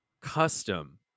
custom